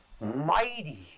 Mighty